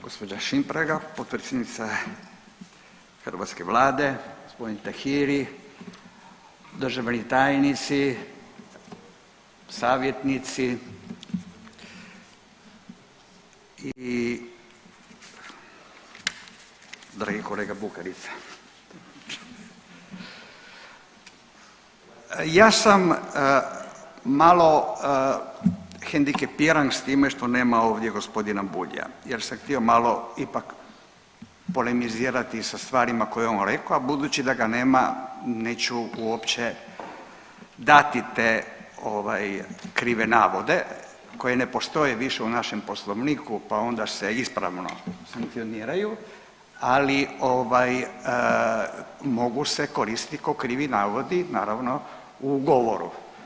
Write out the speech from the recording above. Gospođa Šimpraga potpredsjednica Hrvatske vlade, gospodin Tahiri, državni tajnici, savjetnici i dragi kolega Bukarica, ja sam malo hendikepiran s time što nema ovdje gospodina Bulja jer sam htio malo ipak polemizirati sa stvarima koje je on rekao, a budući da ga nema neću uopće dati te ovaj krive navode koji ne postoje više u našem Poslovniku pa onda se ispravno sankcioniraju, ali ovaj mogu se koristiti ko krivi navodi naravno u govoru.